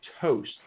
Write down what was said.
toast